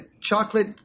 chocolate